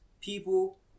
people